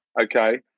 okay